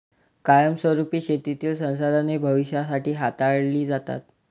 कायमस्वरुपी शेतीतील संसाधने भविष्यासाठी हाताळली जातात